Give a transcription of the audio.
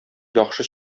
яхшы